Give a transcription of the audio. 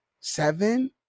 seven